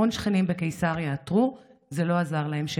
המון שכנים בקיסריה עתרו, זה לא עזר להם.